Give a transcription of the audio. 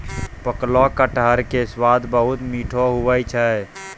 पकलो कटहर के स्वाद बहुत मीठो हुवै छै